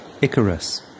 Icarus